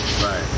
Right